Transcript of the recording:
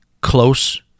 close